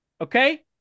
Okay